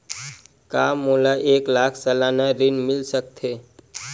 का मोला एक लाख सालाना ऋण मिल सकथे?